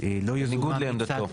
בניגוד לעמדתו.